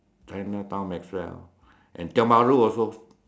Chinatown Maxwell and Tiong-Bahru also